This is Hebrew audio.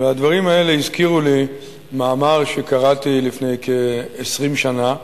והדברים האלה הזכירו לי מאמר שקראתי לפני כ-20 שנה,